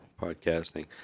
podcasting